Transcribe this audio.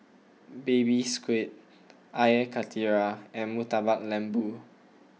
Baby Squid Air Karthira and Murtabak Lembu